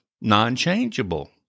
non-changeable